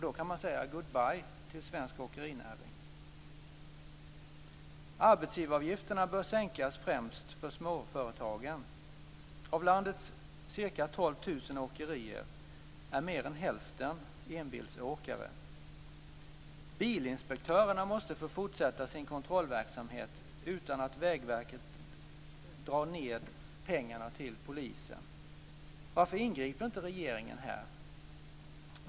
Då kan man säga goodbye till svensk åkerinäring. - Arbetsgivaravgifterna bör sänkas främst för småföretagen. Av landets ca 12 000 åkerier är mer än hälften enbilsåkare. - Bilinspektörerna måste få fortsätta sin kontrollverksamhet utan att Vägverket drar ned pengarna till polisen. Varför ingriper inte regeringen här?